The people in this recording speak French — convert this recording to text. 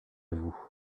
vous